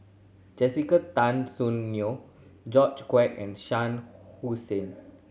Jessica Tan Soon Neo George Quek and Shah Hussain